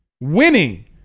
Winning